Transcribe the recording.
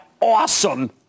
awesome